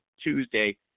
Tuesday